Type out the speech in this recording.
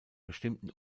bestimmten